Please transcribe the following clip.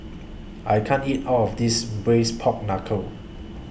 I can't eat All of This Braised Pork Knuckle